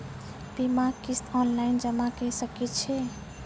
बीमाक किस्त ऑनलाइन जमा कॅ सकै छी?